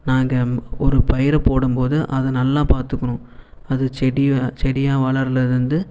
நான் இங்கே ஒரு பயிரை போடும்போது அத நல்லா பார்த்துக்கணும் அது செடி செடியா வளர்கிறதுலேருந்து